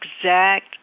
exact